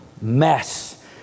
mess